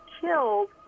killed